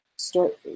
Start